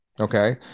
Okay